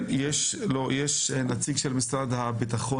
נציג המשרד לביטחון